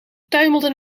tuimelde